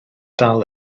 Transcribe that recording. dal